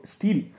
Steel